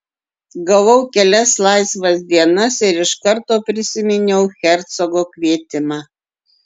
gavau kelias laisvas dienas ir iš karto prisiminiau hercogo kvietimą